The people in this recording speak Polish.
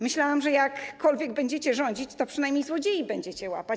Myślałam, że jakkolwiek będziecie rządzić, to przynajmniej złodziei będziecie łapać.